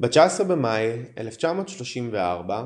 ב-19 במאי 1934,